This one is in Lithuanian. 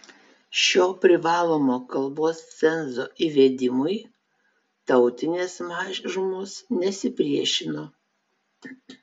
šio privalomo kalbos cenzo įvedimui tautinės mažumos nesipriešino